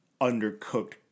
undercooked